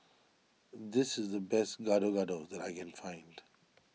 this is the best Gado Gado that I can find